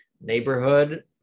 neighborhood